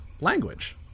language